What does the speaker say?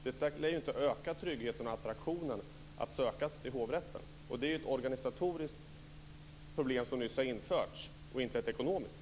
Det lär ju inte öka tryggheten och attraktionen när det gäller att söka sig till hovrätten. Detta är ett organisatoriskt problem som nyss har uppstått och inte ett ekonomiskt.